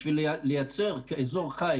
בשביל לייצר אזור חיץ,